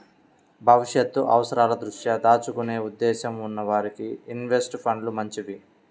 భవిష్యత్తు అవసరాల దృష్ట్యా దాచుకునే ఉద్దేశ్యం ఉన్న వారికి ఇన్వెస్ట్ ఫండ్లు మంచివి